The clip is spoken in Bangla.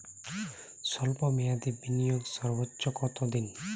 স্বল্প মেয়াদি বিনিয়োগ সর্বোচ্চ কত দিন?